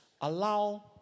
allow